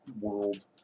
World